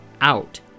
out